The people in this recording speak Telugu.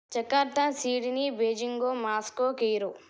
జెకర్తా సీడీని బీజింగో మాస్కో కీరో